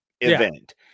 event